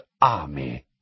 Army